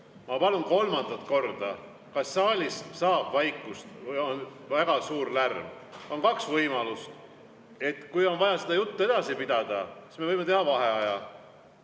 Ma palun kolmandat korda: kas saab saalis vaikust? On väga suur lärm. On kaks võimalust. Kui on vaja seda juttu edasi ajada, siis me võime teha vaheaja.